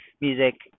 music